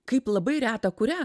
kaip labai retą kurią